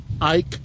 Ike